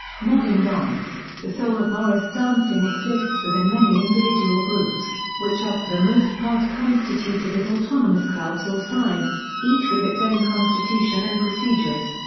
modern dance the soul of morris dancing exists within many individual groups, which are for the most part constituted as autonomous clubs or sides, each with its own constitution and procedures.